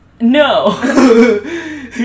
no